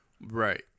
Right